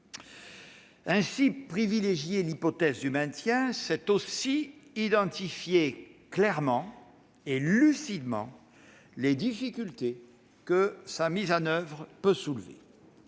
Privilégier l'hypothèse du maintien, c'est aussi identifier clairement et lucidement les difficultés que sa mise en oeuvre peut soulever.